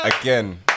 again